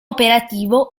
operativo